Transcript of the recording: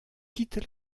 quitte